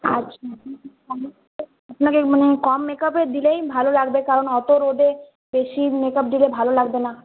আচ্ছা আপনাকে মানে কম মেকাপে দিলেই ভালো লাগবে কারণ অত রোদে বেশি মেকাপ দিলে ভালো লাগবে না